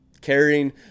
Caring